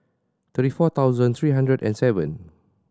thirty four thousand three hundred and seven